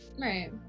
Right